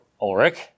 Ulrich